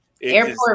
Airport